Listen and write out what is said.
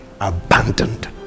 abandoned